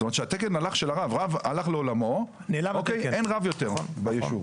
זאת אומרת שהתקן של הרב שהלך לעולמו אין רב יותר בישוב.